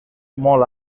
molt